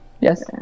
Yes